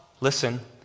listen